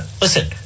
listen